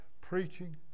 preaching